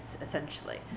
essentially